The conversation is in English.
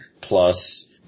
plus